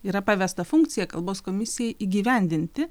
yra pavesta funkcija kalbos komisijai įgyvendinti